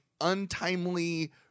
untimely